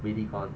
really gone